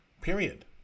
Period